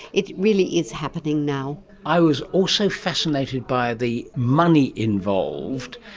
it really is happening now. i was also fascinated by the money involved.